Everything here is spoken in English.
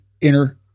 inner